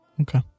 Okay